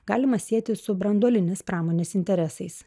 galima sieti su branduolinės pramonės interesais